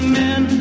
men